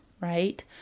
right